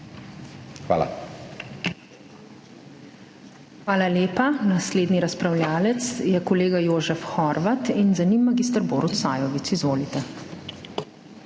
Hvala lepa. Naslednji razpravljavec je kolega Jožef Horvat in za njim mag. Borut Sajovic. Izvolite.